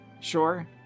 Sure